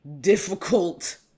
difficult